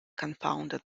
confounded